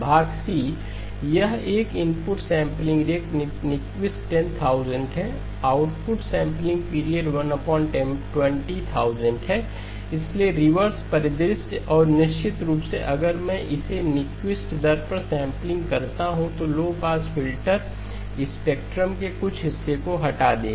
भाग सी यह एक इनपुट सेंपलिंग रेट न्युकिस्ट 10000 है आउटपुट सैंपलिंग पीरियड 120000 है इसलिए रिवर्स परिदृश्य और निश्चित रूप से अगर मैं इसे न्युकिस्ट दर पर सैंपलिंगकरता हूं तो लो पास फ़िल्टर स्पेक्ट्रम के कुछ हिस्से को हटा देगा